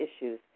issues